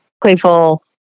playful